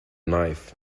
knife